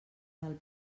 del